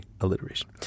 alliteration